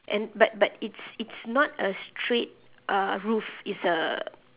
and but but it's it's not a straight uh roof it's a